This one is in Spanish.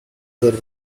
del